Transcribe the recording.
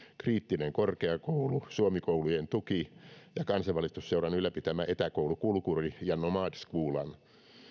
kriittinen korkeakoulu suomi koulujen tuki ja kansanvalistusseuran ylläpitämät etäkoulu kulkuri ja nomadskolan